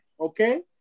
okay